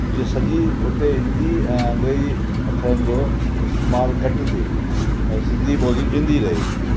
जे सॼी हुते हिंदी ऐं अंग्रेजी अख़रनि जो इस्तेमालु घटि थिए ऐं सिंधी ॿोली जीअंदी रहे